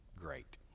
great